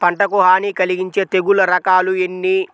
పంటకు హాని కలిగించే తెగుళ్ళ రకాలు ఎన్ని?